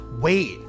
wait